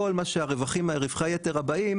כל מה שרווחי היתר הבאים,